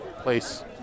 place